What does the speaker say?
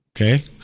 Okay